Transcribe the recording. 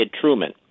Truman